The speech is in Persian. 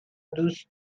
دوست